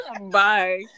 Bye